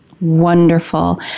Wonderful